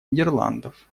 нидерландов